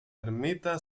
ermita